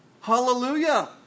Hallelujah